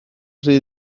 rhy